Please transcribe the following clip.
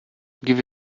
give